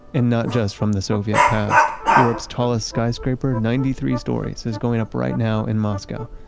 and not just from the soviet past. europe's tallest skyscraper, ninety three stories is going up right now in moscow,